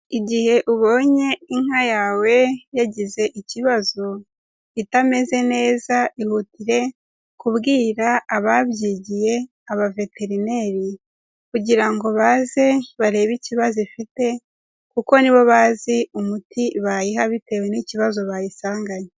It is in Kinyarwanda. Igihe ubonye inka yawe yagize ikibazo itameze neza ihutire kubwira ababyigiye, aba veterineri kugira ngo baze barebe ikibazo ifite, kuko ni bo bazi umuti bayiha bitewe n'ikibazo bayisanganye.